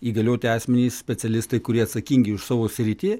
įgalioti asmenys specialistai kurie atsakingi už savo sritį